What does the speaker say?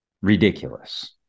ridiculous